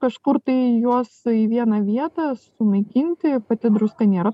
kažkur tai juos į vieną vietą sunaikinti pati druska nėra